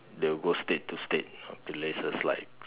they will go state to state places like